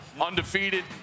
Undefeated